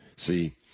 See